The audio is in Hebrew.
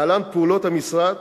להלן פעולות המשרד